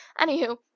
Anywho